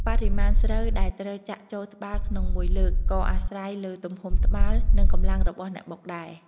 បរិមាណស្រូវដែលត្រូវចាក់ចូលត្បាល់ក្នុងមួយលើក ក៏អាស្រ័យលើទំហំត្បាល់ និងកម្លាំងរបស់អ្នកបុកដែរ។